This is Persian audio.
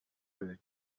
بده